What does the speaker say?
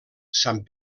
sant